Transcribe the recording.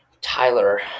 Tyler